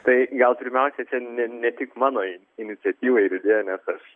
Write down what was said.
tai gal pirmiausiai čia ne ne tik mano iniciatyva ir idėja nes aš